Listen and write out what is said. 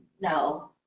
no